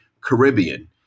Caribbean